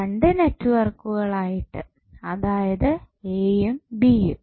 രണ്ട് നെറ്റ്വർക്കുകൾ ആയിട്ട് അതായത് എയും ബിയും